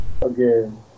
Again